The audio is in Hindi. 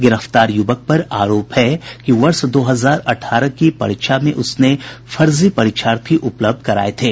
गिरफ्तार युवक पर आरोप है कि वर्ष दो हजार अठारह की परीक्षा में उसने फर्जी परीक्षार्थी उपलब्ध कराये थे